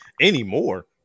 Anymore